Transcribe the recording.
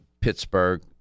Pittsburgh